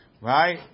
right